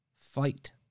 fight